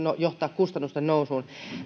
johtaa kustannusten nousuun